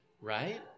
right